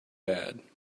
bad